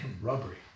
rubbery